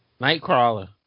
Nightcrawler